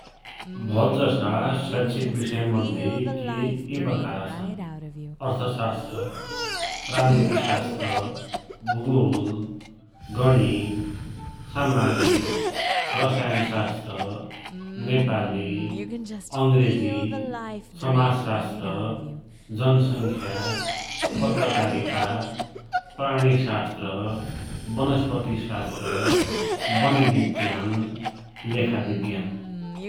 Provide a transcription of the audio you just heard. भौतजसा शैक्षिक बिसय मंध्ये केइ ये प्रकारका छन्, अर्थशास्त्र, राजनीतिशास्त्र, भूगोल, गणित, सामाजिक, रसायनशास्त्र, नेपाली, अंग्रेजी, समाजशास्त्र, जनशंख्या, पत्रकारिता, प्राणिशास्त्र, बनस्पतिशास्त्र, बन बिज्ञान, लेखा बिज्ञान।